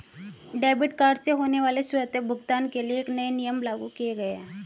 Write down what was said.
debit card से होने वाले स्वतः भुगतान के लिए नए नियम लागू किये गए है